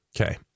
Okay